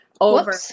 over